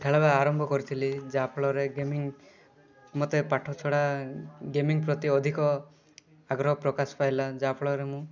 ଖେଳର ଆରମ୍ଭ କରିଥିଲି ଯାହାଫଳରେ ଗେମିଙ୍ଗ ମୋତେ ପାଠ ଛଡ଼ା ଗେମିଙ୍ଗ ପ୍ରତି ଅଧିକ ଆଗ୍ରହ ପ୍ରକାଶ ପାଇଲା ଯାହାଫଳରେ ମୁଁ